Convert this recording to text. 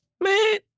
man